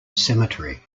cemetery